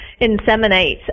inseminate